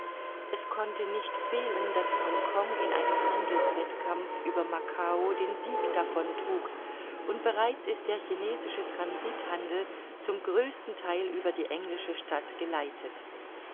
es konnte nicht fehlen daß hongkong in einem handelswettkampf über macao den sieg davon trug und bereits ist der chinesische